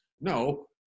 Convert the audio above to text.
No